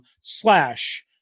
slash